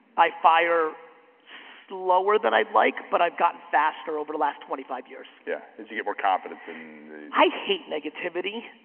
i fire slower than i'd like but i've gotten faster over the last twenty five years. yeah, as you get more confidence in the i hate negativity,